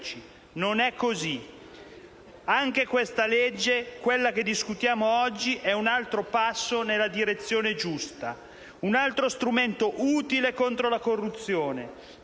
non è così. Anche questa legge, quella che discutiamo oggi, è un altro passo nella direzione giusta, un altro strumento utile contro la corruzione.